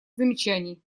замечаний